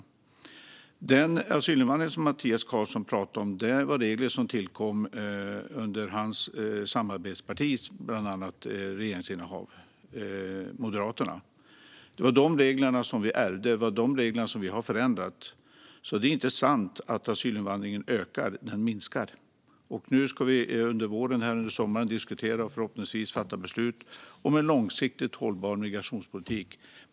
När det gäller den asylinvandring som Mattias Karlsson pratar om var det regler som tillkom under hans samarbetsparti Moderaternas regeringsinnehav. Dessa regler ärvde vi, och det är de reglerna som vi har förändrat. Det är inte sant att asylinvandringen ökar, utan den minskar. Nu ska vi under våren och sommaren diskutera och förhoppningsvis fatta beslut om en långsiktigt hållbar migrationspolitik.